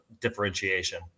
differentiation